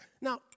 Now